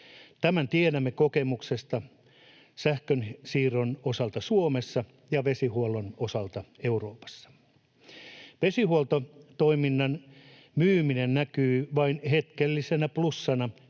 Tämän tiedämme kokemuksesta sähkönsiirron osalta Suomessa ja vesihuollon osalta Euroopassa. Vesihuoltotoiminnan myyminen näkyy vain hetkellisenä plussana